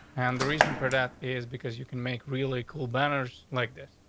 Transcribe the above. and the reason for that is because you can make really cool banners like this.